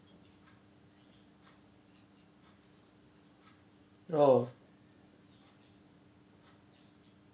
oh